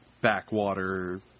backwater